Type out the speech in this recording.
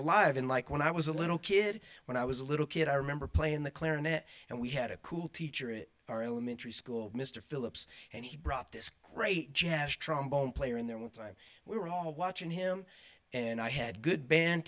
alive in like when i was a little kid when i was a little kid i remember playing the clarinet and we had a cool teacher it our elementary school mr phillips and he brought this great jazz trombone player in there one time we were all watching him and i had good band